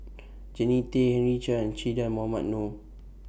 Jannie Tay Henry Chia and Che Dah Mohamed Noor